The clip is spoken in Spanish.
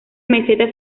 meseta